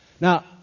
Now